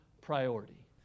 priority